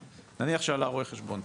נניח שרואה חשבון עלה לארץ,